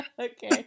okay